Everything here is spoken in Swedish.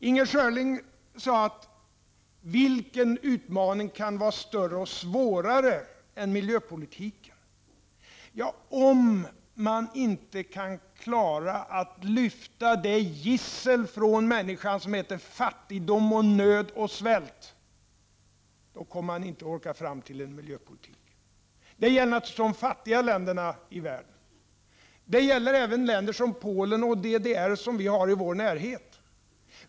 Inger Schörling frågade: Vilken utmaning kan vara större och svårare än miljöpolitiken? Om vi inte klarar att från människorna lyfta det gissel som heter fattigdom, nöd och svält, kommer vi inte att orka föra en miljöpolitik. Det gäller naturligtvis de fattiga länderna i världen. Det gäller även sådana länder som Polen och DDR, som vi har i vår närhet.